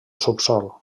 subsòl